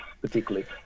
particularly